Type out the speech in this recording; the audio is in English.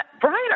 brian